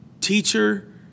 teacher